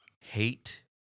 Hate